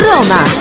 Roma